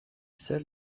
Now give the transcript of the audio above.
zer